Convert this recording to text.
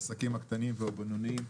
עסקים קטנים ובינוניים.